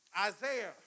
Isaiah